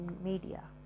media